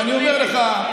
ואני אומר לך,